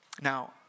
Now